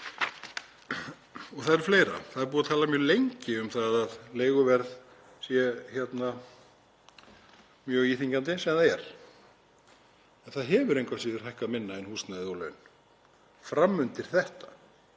Og það er fleira. Það er búið að tala mjög lengi um að leiguverð sé mjög íþyngjandi, sem það er, en það hefur engu að síður hækkað minna en húsnæði og laun fram undir þetta.